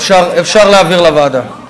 אפשר להעביר לוועדה.